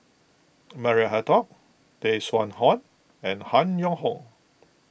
Maria Hertogh Tay Seow Huah and Han Yong Hong